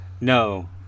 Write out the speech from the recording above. No